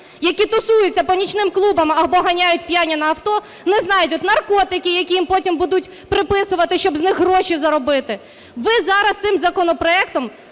які тусуються по нічним клубам або ганяють п'яні на авто, не знайдуть наркотики які їм потім будуть приписувати, щоб з них гроші заробити. Ви зараз цим законом